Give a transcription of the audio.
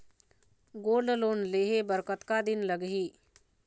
Gold loan लेहे बर कतका दिन लगही?